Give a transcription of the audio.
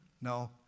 No